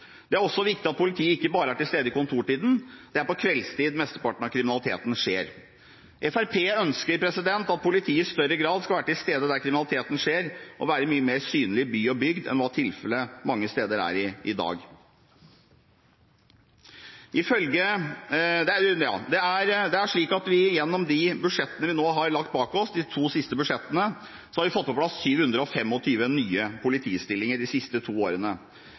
Det er også viktig at politiet ikke bare er til stede i kontortiden; det er på kveldstid mesteparten av kriminaliteten skjer. Fremskrittspartiet ønsker at politiet i større grad skal være til stede der kriminaliteten skjer, og være mye mer synlig i by og bygd enn hva tilfellet mange steder er i dag. Gjennom de budsjettene vi nå har lagt bak oss – de to siste budsjettene – har vi fått på plass 725 nye politistillinger de siste to årene.